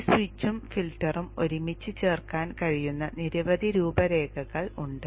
ഈ സ്വിച്ചും ഫിൽട്ടറും ഒരുമിച്ച് ചേർക്കാൻ കഴിയുന്ന നിരവധി രൂപരേഖകൾ ഉണ്ട്